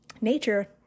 nature